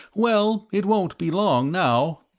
well, it won't be long now.